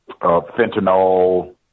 fentanyl